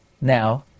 Now